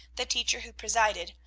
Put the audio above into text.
the teacher who presided,